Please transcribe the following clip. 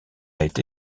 été